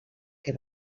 que